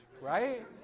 right